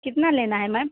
कितना लेना है मैम